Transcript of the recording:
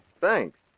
Thanks